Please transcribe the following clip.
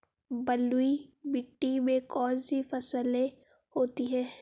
बलुई मिट्टी में कौन कौन सी फसलें होती हैं?